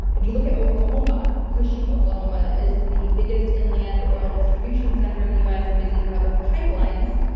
if you look at oklahoma, cushing, oklahoma is the biggest inland oil distribution center in the us, a busy hub of pipelines.